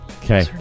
Okay